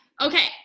Okay